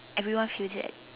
everyone feels that